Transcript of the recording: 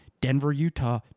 Denver-Utah